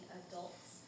adults